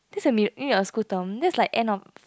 that's a mid mid of school term that's like end of